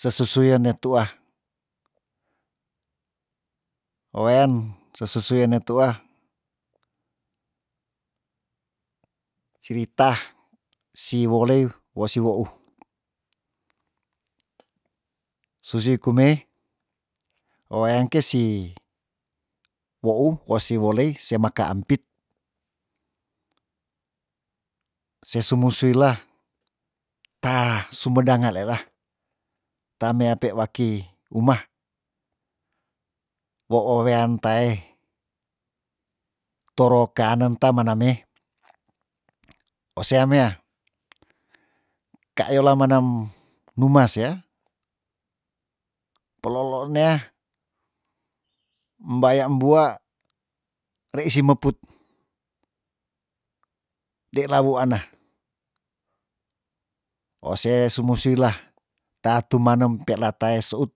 Sesuian ne tua wean sesuian ne tuah cirita si wolei wo si weu susi kumei oweang kesi wou wosi wolei se maka ampit se su musuila ta sumedanga leila taan meape waki umah woo wean tae toro keanen ta mename osea mea kayola menem nu ma sea peloolo nea mbaya bua rei si meput de la wuana ose sumusiwila taa tumanem peila tae seut